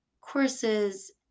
courses